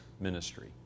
ministry